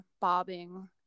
bobbing